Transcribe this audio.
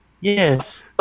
Yes